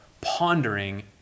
pondering